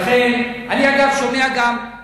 חבר הכנסת רותם, כמה אפשר?